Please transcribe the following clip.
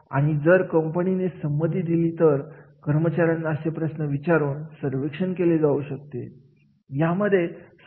आणि जर कंपनीने संमती दिली तर कर्मचाऱ्यांना असे प्रश्न विचारून सर्वेक्षण केले जाऊ शकते